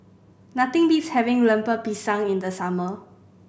nothing beats having Lemper Pisang in the summer